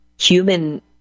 human